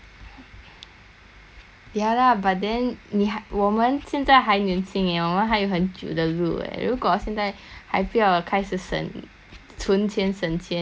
ya lah but then 你还我们现在还年轻 eh 我们还有很久的路 eh 如果现在还不要开始省存钱省钱 then 以后怎样搬家